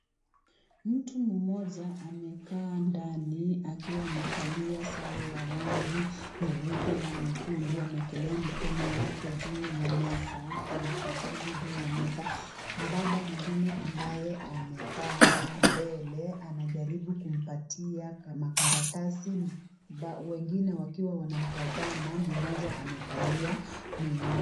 Mtu mmoja amekaa ndani akiwa amevalia sare ya rangi nyeupe na nyekundu akiwa amewekelea mikono yake juu ya meza, kuna kitabu juu ya meza mbaba mwingine ambaye amekaa mbele anajaribu kumpatia makaratasi wengine wakiwa wanamtazama mmoja amevalia miwani.